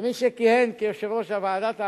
כמי שכיהן כיושב-ראש ועדת העבודה,